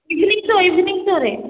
evening show' evening ସୋ'ରେ